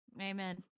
Amen